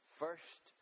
first